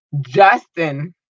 Justin